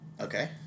Okay